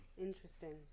Interesting